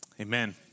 Amen